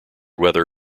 weather